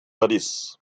parís